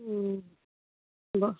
हूँ बऽ